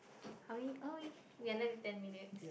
how many oh we're left with ten minutes